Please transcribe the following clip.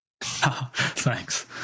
Thanks